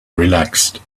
relaxed